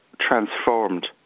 transformed